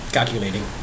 Calculating